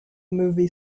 movie